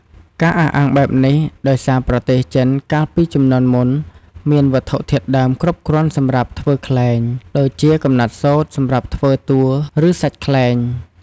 ការអះអាងបែបនេះ ដោយសារប្រទសចិនកាលពីជំនាន់មុនមានវត្ថុធាតុដើមគ្រប់គ្រាន់សម្រាប់ធ្វើខ្លែង ដូចជាកំណាត់សូត្រ សម្រាប់ធ្វើតួ ឬសាច់ខ្លែង។